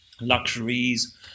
luxuries